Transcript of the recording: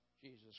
Jesus